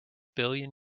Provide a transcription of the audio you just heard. billion